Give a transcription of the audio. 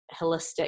holistic